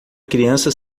criança